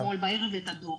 קיבלתי אתמול בערב את הדוח.